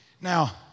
Now